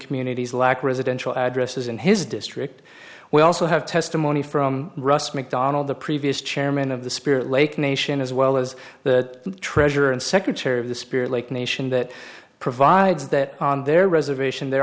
communities lack residential addresses in his district we also have testimony from russ mcdonald the previous chairman of the spirit lake nation as well as the treasurer and secretary of the spirit lake nation that provides that on their reservation there